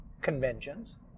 conventions